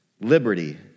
Liberty